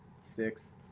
six